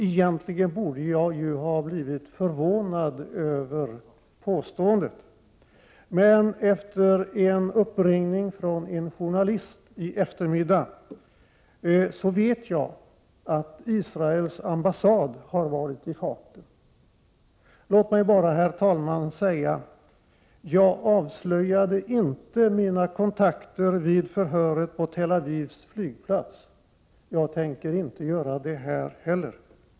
Egentligen borde jag ju ha blivit förvånad över påståendet, men efter en uppringning från en journalist i eftermiddag vet jag att Israels ambassad har varit i farten. Låt mig bara, herr talman, säga att jag inte avslöjade mina kontakter vid förhöret på Tel Avivs flygplats. Jag tänker inte göra det här heller.